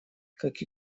как